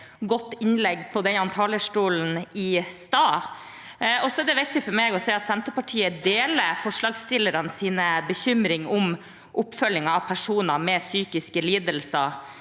godt innlegg på denne talerstolen i stad. Så er det viktig for meg å si at Senterpartiet deler forslagsstillernes bekymring om oppfølging av personer med psykiske lidelser.